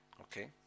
Okay